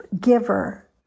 giver